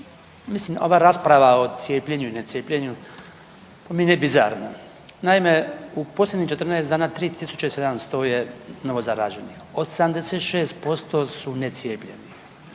mislim ova rasprava o cijepljenju, necijepljenju po meni je bizarna. Naime, u posljednjih 14 dana 3700 je novo zaraženih. 86% su necijepljeni.